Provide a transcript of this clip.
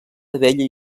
abella